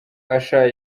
usher